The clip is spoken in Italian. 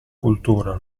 cultura